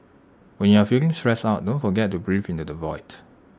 when you are feeling stressed out don't forget to breathe into the void